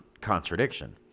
contradiction